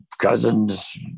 cousins